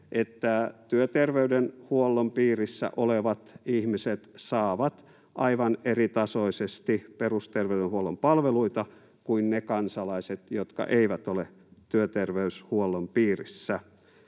että työterveyshuollon piirissä olevat ihmiset saavat aivan eritasoisesti perusterveydenhuollon palveluita kuin ne kansalaiset, jotka eivät ole työterveyshuollon piirissä.